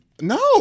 No